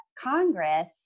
Congress